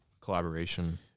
collaboration